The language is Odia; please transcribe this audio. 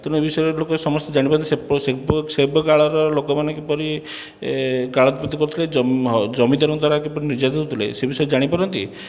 ତେଣୁ ଏ ବିଷୟରେ ଲୋକେ ସମସ୍ତେ ଜାଣିପାରନ୍ତି ସେବେ କାଳର ଲୋକମାନେ କିପରି ଜମିଦାରଙ୍କ ଦ୍ଵାରା କିପରି ନିର୍ଯାତିତ ହେଉଥିଲେ ସେ ବିଷୟରେ ଜାଣିପାରନ୍ତି